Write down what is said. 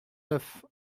neuf